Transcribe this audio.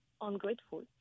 ungrateful